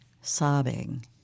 sobbing